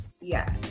Yes